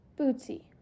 Bootsy